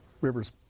rivers